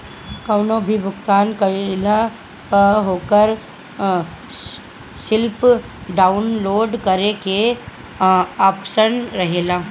कवनो भी भुगतान कईला पअ ओकर स्लिप डाउनलोड करे के आप्शन रहेला